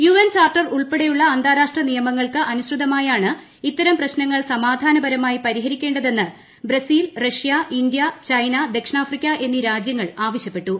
UN charter ഉൾപ്പെടെയുള്ള അന്താരാഷ്ട്ര നിയമങ്ങൾക്ക് അനുസൃതമായാണ് ഇത്തരം പ്രശ്നങ്ങൾ സമാധാനപരമായി പരിഹരിക്കേണ്ടതെന്ന് ബ്രസീൽ റഷൃ ഇന്തൃ ചൈന ദക്ഷിണാഫ്രിക്ക എന്നീ രാജൃങ്ങൾ ആവശൃപ്പെട്ടു